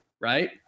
right